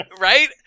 Right